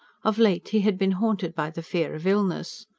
of late he had been haunted by the fear of illness.